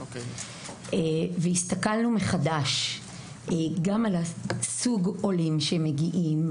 אבל הסתכלנו מחדש גם על סוג העולים שמגיעים,